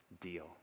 Deal